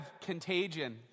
contagion